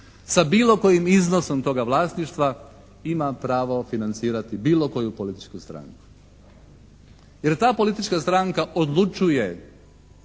sa bilo kojim iznosom toga vlasništva ima pravo financirati bilo koju političku stranku, jer ta politička stranka odlučuje